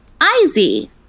I-Z